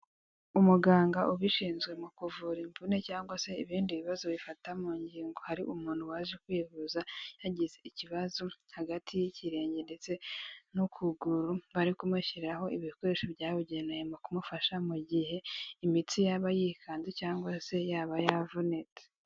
Umuganga ubishinzwe mu kuvura imvune cyangwa se ibindi bibazo bifata mu ngingo. Hari umuntu waje kwivuza yagize ikibazo hagati y'ikirenge ndetse n'ukuguru, bari kumushyiriraraho ibikoresho byabugenewe mu kumufasha mu gihe imitsi yaba yikanze cyangwa se yaba yaravunitse.